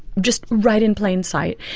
just right in plain sight.